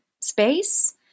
space